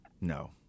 No